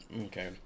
okay